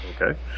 Okay